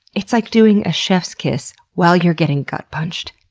it's like doing a chef's kiss while you're getting gut punched.